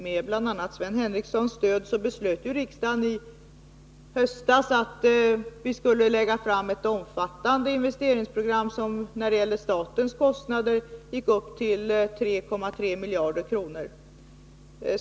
Med bl.a. Sven Henricssons stöd beslöt riksdagen i höstas att regeringen skulle lägga fram ett omfattande investeringsprogram som —i vad det gäller statens kostnader — skulle uppgå till 3,3 miljarder kronor.